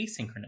asynchronous